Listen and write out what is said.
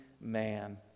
man